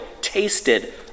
tasted